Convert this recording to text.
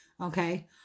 Okay